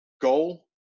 goal